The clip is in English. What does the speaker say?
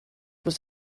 was